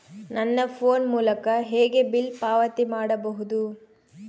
ನನ್ನ ಫೋನ್ ಮೂಲಕ ಹೇಗೆ ಬಿಲ್ ಪಾವತಿ ಮಾಡಬಹುದು?